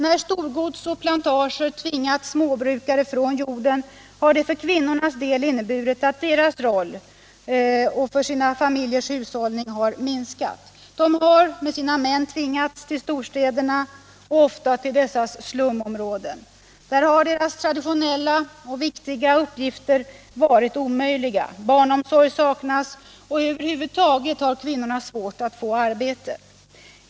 När storgods och plantager tvingat småbrukare från jorden, har det för kvinnorna inneburit att deras roll för sina familjers hushållning minskats. De har med sina män tvingats in till storstäderna och ofta till dessas slumområden. Där har deras traditionella och viktiga uppgifter varit omöjliga. Barnomsorg saknas och över huvud taget har kvinnorna svårt att få arbete.